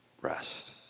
Rest